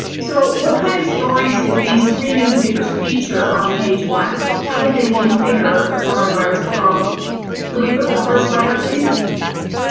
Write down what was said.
so what kind of stories did these three newspapers feature on page one? how did they configure the coronavirus problem? could we put the first slide up please.